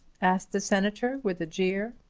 asked the senator with a jeer.